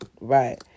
right